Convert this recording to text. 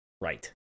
right